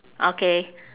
okay